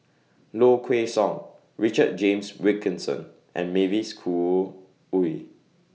Low Kway Song Richard James Wilkinson and Mavis Khoo Oei